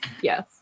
Yes